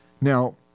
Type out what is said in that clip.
Now